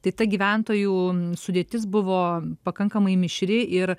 tai ta gyventojų sudėtis buvo pakankamai mišri ir